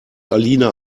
alina